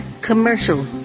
commercial